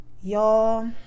y'all